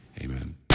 Amen